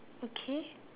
okay